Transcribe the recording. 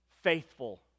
Faithful